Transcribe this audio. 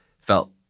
felt